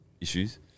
issues